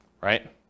right